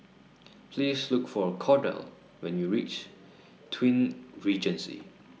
Please Look For Kordell when YOU REACH Twin Regency